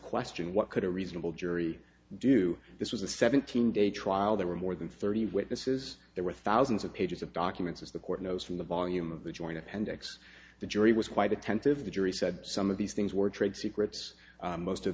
question what could a reasonable jury do this was a seventeen day trial there were more than thirty witnesses there were thousands of pages of documents as the court knows from the volume of the joint appendix the jury was quite attentive the jury said some of these things were trade secrets most of